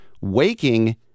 waking